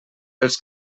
els